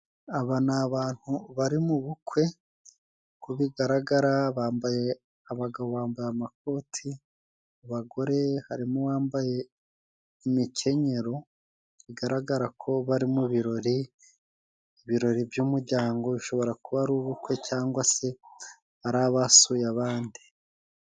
Aba ni abantu bari mu bukwe, uko bigaragara bambaye abagabo bambaye amakoti, mu bagore harimo uwambaye imikenyero, bigaragara ko bari mu birori, ibirori by'umuryango bishobora kuba ari ubukwe cyangwa se ari abasuye abandi.